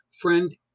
friend